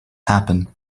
happen